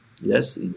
Yes